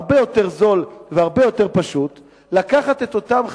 הרבה יותר זול והרבה יותר פשוט לקחת את אותן חיילות,